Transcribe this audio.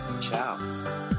Ciao